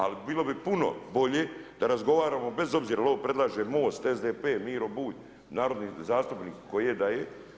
Ali bilo bi puno bolje da razgovaramo bez obzira je li ovo predlaže MOST, SDP, Miro Bulj narodni zastupnik koji je da je.